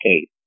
case